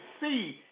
see